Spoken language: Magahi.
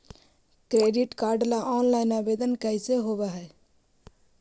क्रेडिट कार्ड ल औनलाइन आवेदन कैसे होब है?